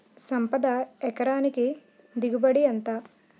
సంపద ఎకరానికి దిగుబడి ఎంత?